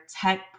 tech